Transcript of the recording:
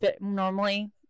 normally